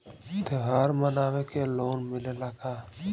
त्योहार मनावे के लोन मिलेला का?